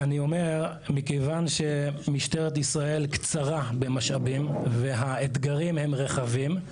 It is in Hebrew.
מכיוון שמשטרת ישראל קצרה במשאבים והאתגרים הם רחבים,